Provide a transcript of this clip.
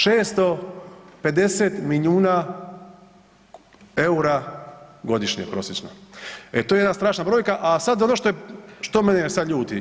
650 milijuna EUR-a godišnje prosječno, e to je jedna strašna brojka, a sad ono što mene sad ljuti.